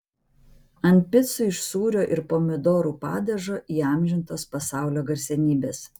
ant picų iš sūrio ir pomidorų padažo įamžintos pasaulio garsenybės